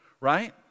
Right